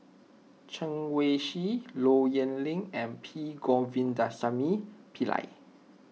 Chen Wen Hsi Low Yen Ling and P Govindasamy Pillai